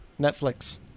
Netflix